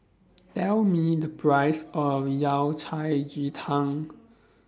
Tell Me The Price of Yao Cai Ji Tang